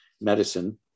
medicine